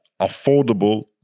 Affordable